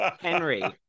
Henry